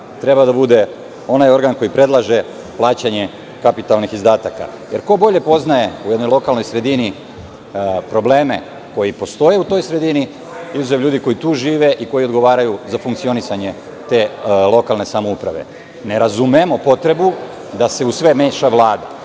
treba da bude onaj organ koji predlaže plaćanje kapitalnih izdataka. Jer, ko bolje poznaje u jednoj lokalnoj sredini probleme koji postoje u toj sredini nego ljudi koji tu žive i koji odgovaraju za funkcionisanje te lokalne samouprave. Ne razumemo potrebu da se u sve meša Vlada.